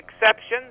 exceptions